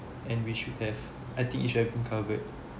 and we should have I think it should have been covered